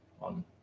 on